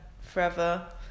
forever